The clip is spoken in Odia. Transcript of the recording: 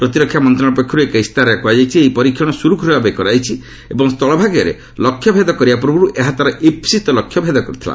ପ୍ରତିରକ୍ଷା ମନ୍ତ୍ରଣାଳୟ ପକ୍ଷର୍ତ ଏକ ଇସ୍ତାହାରରେ କ୍ରହାଯାଇଛି ଏହି ପରୀକ୍ଷଣ ସ୍ୱର୍ଗ୍ରଖ୍ୱର୍ ଭାବେ କରାଯାଇଛି ଏବଂ ସ୍ଥଳ ଭାଗରେ ଲକ୍ଷ୍ୟ ଭେଦ କରିବା ପୂର୍ବର୍ ଏହା ତାର ଇପ୍ସିତ ଲକ୍ଷ୍ୟ ଭେଦ କରିଥିଲା